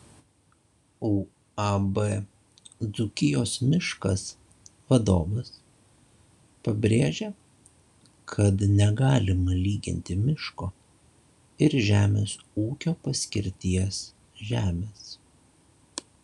uab dzūkijos miškas vadovas pabrėžė kad negalima lyginti miško ir žemės ūkio paskirties žemės